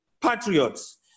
patriots